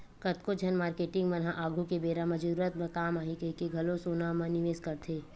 कतको झन मारकेटिंग मन ह आघु के बेरा म जरूरत म काम आही कहिके घलो सोना म निवेस करथे